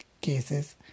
cases